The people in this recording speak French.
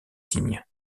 signes